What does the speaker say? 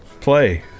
Play